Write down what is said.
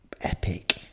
epic